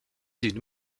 d’une